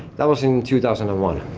that was in two thousand and one.